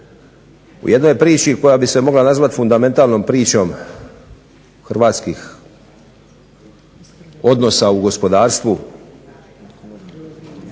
u jednoj priči koja bi se mogla nazvat fundamentalnom pričom hrvatskih odnosa u gospodarstvu,